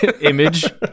image